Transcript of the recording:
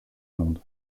monde